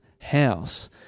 house